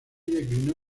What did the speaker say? declinó